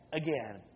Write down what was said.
again